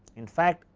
in fact,